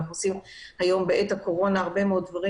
אנחנו עושים בעת הקורונה הרבה דברים